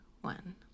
one